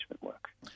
work